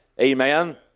Amen